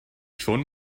چون